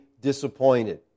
disappointed